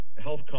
Health